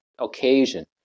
occasion